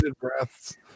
breaths